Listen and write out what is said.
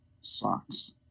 socks